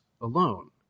alone